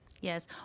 Yes